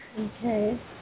okay